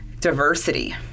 diversity